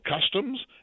customs